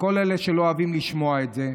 לכל אלה שלא אוהבים לשמוע את זה,